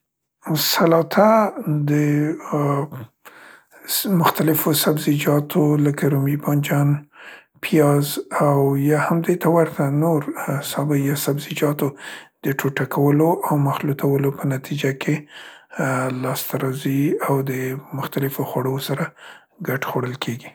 سلاته د ،ا، س، مختلفو سبزیجاتو لکه رومي بانجان، پیاز او یا هم دې ته ورته نور سابه یا سبزیجاتو د ټوټه کولو او مخلوطولو په نتیجه کې ،ا، لاسته راځي او د مختلفو خوړو سره ګډ خوړل کیګي.